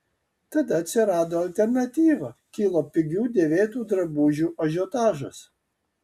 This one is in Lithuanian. tada atsirado alternatyva kilo pigių dėvėtų drabužių ažiotažas